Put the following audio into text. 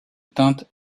teinte